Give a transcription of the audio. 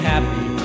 happy